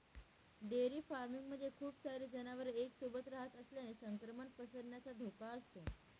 dairy farming मध्ये खूप सारे जनावर एक सोबत रहात असल्याने संक्रमण पसरण्याचा धोका असतो